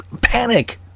panic